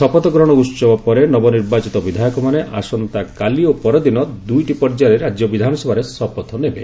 ଶପଥଗ୍ରହଣ ଉତ୍ସବ ପରେ ରାଜ୍ୟରେ ନବନିର୍ବାଚିତ ବିଧାୟକମାନେ ଆସନ୍ତାକାଲି ଓ ପରଦିନ ଦୁଇଟି ପର୍ଯ୍ୟାୟରେ ରାଜ୍ୟ ବିଧାନସଭାରେ ଶପଥ ନେବେ